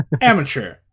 amateur